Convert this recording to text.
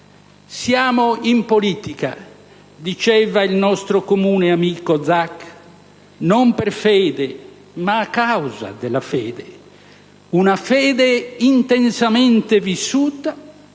«Siamo in politica» diceva il nostro comune amico Zac «non per fede, ma a causa della fede». Una fede intensamente vissuta,